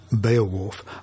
Beowulf